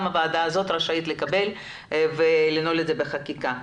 גם הוועדה הזאת רשאית לקבל ולנעול את זה בחקיקה.